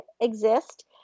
exist